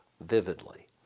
vividly